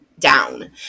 Down